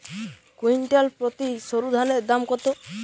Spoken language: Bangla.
কুইন্টাল প্রতি সরুধানের দাম কত?